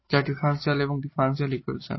যার ডিফারেনশিয়াল এই differential equation